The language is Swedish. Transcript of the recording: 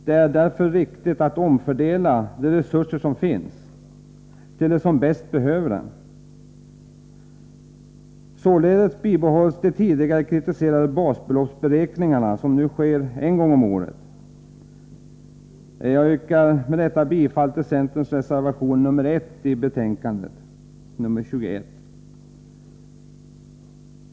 Det är därför riktigt att omfördela resurserna till de människor som bäst behöver dem. Således bibehålls de tidigare kritiserade basbeloppsberäkningarna som nu sker en gång om året. Med det anförda yrkar jag bifall till centerns reservation 1 i socialförsäkringsutskottets betänkande 21.